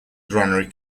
granary